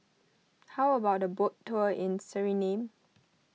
how about a boat tour in Suriname